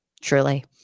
Truly